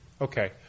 Okay